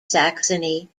saxony